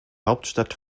hauptstadt